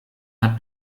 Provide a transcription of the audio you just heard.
hat